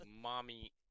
Mommy